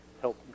help